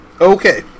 Okay